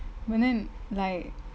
but then like